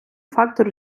фактор